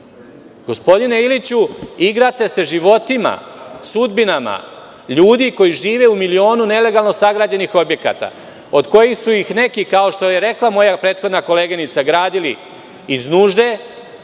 hipoteku. Gospodine Iliću, igrate se životima, sudbinama ljudi koji žive milionima nelegalno sagrađenih objekata, od koji su neki, kao što je rekla moja koleginica, građeni iz nužde,